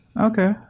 Okay